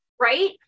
Right